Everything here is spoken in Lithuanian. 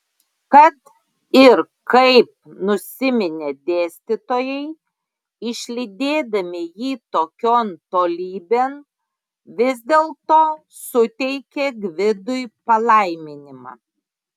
kad ir kaip nusiminė dėstytojai išlydėdami jį tokion tolybėn vis dėlto suteikė gvidui palaiminimą